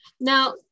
Now